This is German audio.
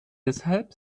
deshalb